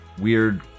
weird